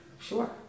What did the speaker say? sure